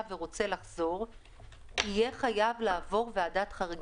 ורוצה לחזור יהיה חייב לעבור ועדת חריגים.